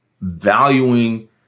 valuing